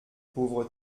pauvre